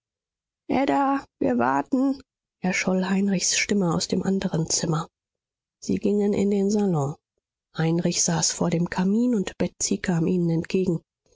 ada wir warten erscholl heinrichs stimme aus dem anderen zimmer sie gingen in den salon heinrich saß vor dem kamin und betsy kam ihnen entgegen